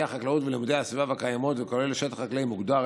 החקלאות ולימודי הסביבה והקיימות וכולל שטח חקלאי מוגדר.